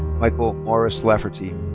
michael morris lafferty.